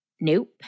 Nope